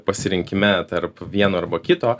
pasirinkime tarp vieno arba kito